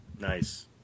Nice